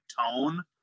tone